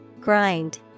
Grind